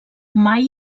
mai